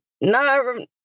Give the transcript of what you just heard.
No